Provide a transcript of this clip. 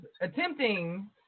attempting